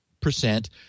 percent